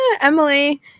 Emily